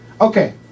okay